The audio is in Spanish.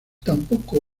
tampoco